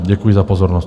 Děkuji za pozornost.